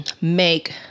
make